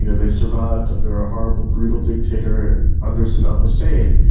you know they survived under a horrible, brutal dictator under saddam hussein,